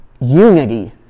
unity